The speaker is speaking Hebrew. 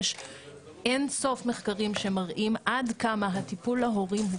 יש אין-סוף מחקרים שמראים עד כמה הטיפול ההורי הוא